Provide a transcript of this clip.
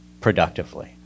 productively